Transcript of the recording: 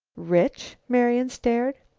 rich? marian stared.